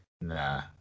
Nah